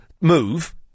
move